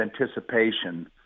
anticipation